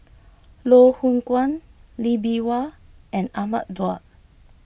Loh Hoong Kwan Lee Bee Wah and Ahmad Daud